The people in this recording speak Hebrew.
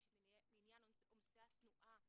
יש את עניין עומסי התנועה,